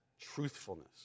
truthfulness